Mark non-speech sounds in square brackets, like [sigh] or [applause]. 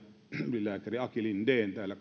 ylilääkäri kansanedustaja aki linden täällä [unintelligible]